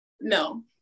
no